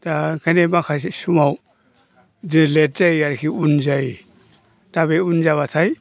दा ओंखायनो माखासे समाव जे लेट जायो आरोखि उन जायो दा बे उन जाब्लाथाय